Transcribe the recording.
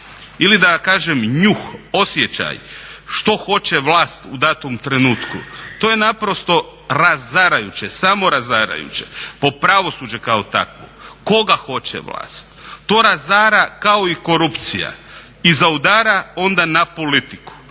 ili da kažem njuh, osjećaj što hoće vlast u datom trenutku to je naprosto razarajuće, samorazarajuće po pravosuđe kao takvo, koga hoće vlast, to razara kao i korupcija i zaudara onda na politiku.